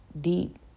deep